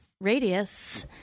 radius